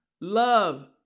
love